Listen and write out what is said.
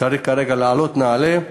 צריך כרגע להעלות, נעלה.